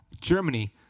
Germany